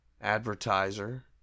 advertiser